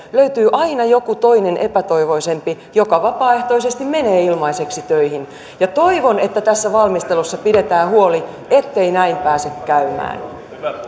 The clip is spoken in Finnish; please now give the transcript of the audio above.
löytyy aina joku toinen epätoivoisempi joka vapaaehtoisesti menee ilmaiseksi töihin toivon että tässä valmistelussa pidetään huoli ettei näin pääse käymään